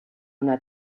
una